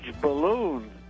balloon